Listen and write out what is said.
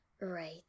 Right